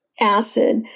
Acid